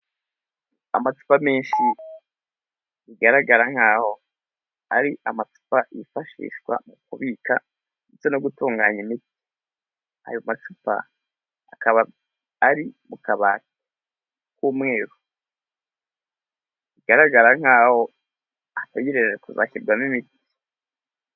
Amacupa menshi bigaragara nkaho ari amacupa yifashishwa mu kubika ndetse no gutunganya imiti. Ayo macupa akaba ari mu kabati k'umweru, bigaragara nkaho ategereje kuzashyirwamo imiti.